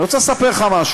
אני רוצה לספר לך משהו.